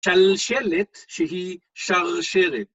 ‫שלשלת שהיא שרשרת.